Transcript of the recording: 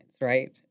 right